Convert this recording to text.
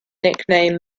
nickname